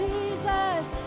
Jesus